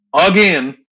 again